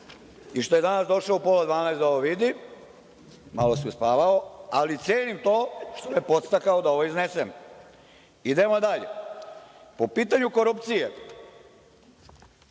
i što je došao danas u pola 12 da ovo vidi, malo se uspavao, ali cenim to što je podstakao da ovo iznesem. Idemo dalje. Po pitanju korupcije,